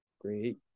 Great